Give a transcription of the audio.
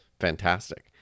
fantastic